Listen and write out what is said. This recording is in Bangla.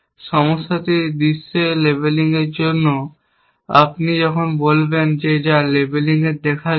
সমস্যাটি দৃশ্যের লেবেলিংয়ের জন্য এবং আপনি যখন বলবেন যে লেবেলিং দেখা গেছে